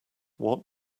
what